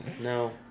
no